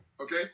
okay